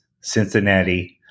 Cincinnati